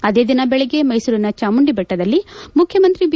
ಅದೇ ದಿನ ಬೆಳಗ್ಗೆ ಮೈಸೂಲಿನ ಚಾಮುಂಡಿಬೆಟ್ಟದಲ್ಲ ಮುಖ್ಯಮಂತ್ರಿ ಚಿ